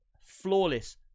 flawless